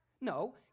No